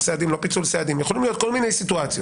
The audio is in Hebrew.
סעדים או לא פיצול סעדים יכולות להיות כל מיני סיטואציות.